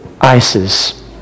ISIS